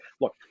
look